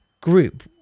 group